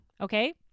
Okay